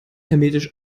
hermetisch